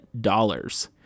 dollars